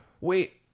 Wait